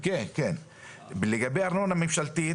לגבי ארנונה ממשלתית,